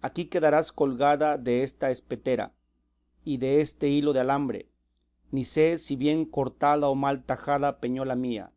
aquí quedarás colgada desta espetera y deste hilo de alambre ni sé si bien cortada o mal tajada péñola mía